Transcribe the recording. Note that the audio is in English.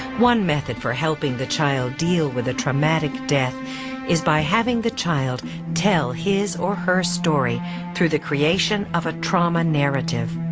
one method for helping the child deal with a traumatic death is by having the child tell his or her story through the creation of a trauma narrative.